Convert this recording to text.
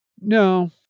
No